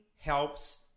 helps